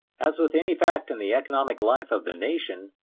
as with any fact in the economic life of the nation,